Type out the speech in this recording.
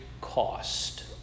cost